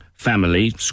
family